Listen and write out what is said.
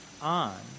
on